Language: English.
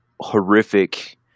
horrific